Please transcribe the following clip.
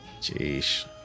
Jeez